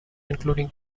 including